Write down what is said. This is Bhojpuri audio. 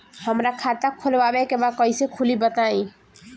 हमरा खाता खोलवावे के बा कइसे खुली बताईं?